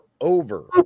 over